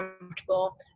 comfortable